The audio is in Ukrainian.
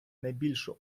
найбільшу